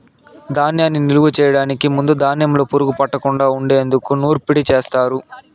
ధాన్యాన్ని నిలువ చేయటానికి ముందు ధాన్యంలో పురుగు పట్టకుండా ఉండేందుకు నూర్పిడిని చేస్తారు